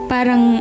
Parang